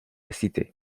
cité